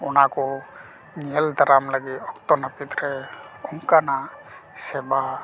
ᱚᱱᱟ ᱠᱚ ᱧᱮᱞ ᱫᱟᱨᱟᱢ ᱞᱟᱹᱜᱤᱫ ᱚᱠᱛᱚ ᱱᱟᱹᱯᱤᱛ ᱨᱮ ᱚᱱᱠᱟᱱᱟᱜ ᱥᱮᱵᱟ